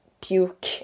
puke